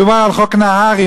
מדובר על חוק נהרי.